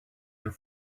your